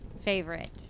favorite